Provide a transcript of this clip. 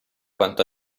quanto